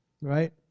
right